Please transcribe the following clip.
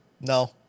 No